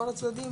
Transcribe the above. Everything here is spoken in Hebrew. כל הצדדים?